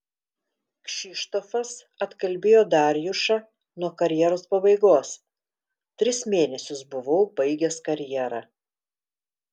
kšištofas atkalbėjo darjušą nuo karjeros pabaigos tris mėnesius buvau baigęs karjerą